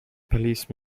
police